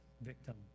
victim